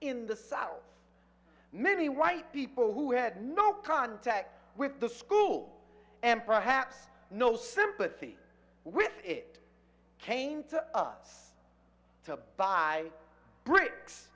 in the south many white people who had no contact with the school and perhaps no sympathy with it came to us to buy br